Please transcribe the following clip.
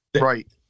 right